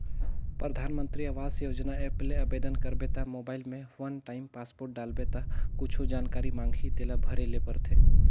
परधानमंतरी आवास योजना ऐप ले आबेदन करबे त मोबईल में वन टाइम पासवर्ड डालबे ता कुछु जानकारी मांगही तेला भरे ले परथे